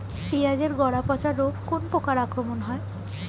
পিঁয়াজ এর গড়া পচা রোগ কোন পোকার আক্রমনে হয়?